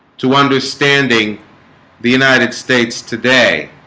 to understanding the united states today